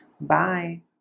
Bye